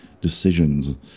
decisions